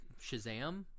Shazam